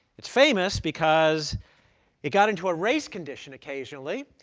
it's famous because it got into a race condition occasionally,